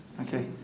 Okay